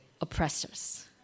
oppressors